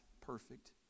perfect